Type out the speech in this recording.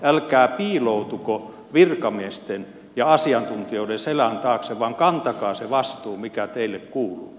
älkää piiloutuko virkamiesten ja asiantuntijoiden selän taakse vaan kantakaa se vastuu mikä teille kuuluu